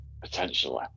potentially